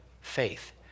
faith